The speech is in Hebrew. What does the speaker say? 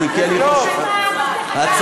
אז למה אתה מעלה אותה, אם היא תוצמד?